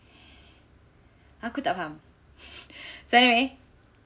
aku tak faham so anyway